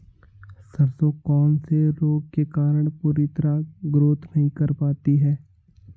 सरसों कौन से रोग के कारण पूरी तरह ग्रोथ नहीं कर पाती है?